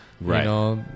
right